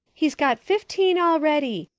he's got fifteen already,